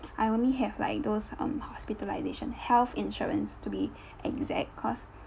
I only have like those um hospitalization health insurance to be exact cause